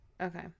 Okay